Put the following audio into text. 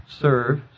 serve